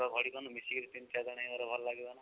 ତୁ ତ ବଢ଼ିପାରୁନୁ ମିଶିକିରି ତିନି ଚାରିଜଣ ହେଇଗଲେ ଭଲ ଲାଗିବ ନା